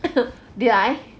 did I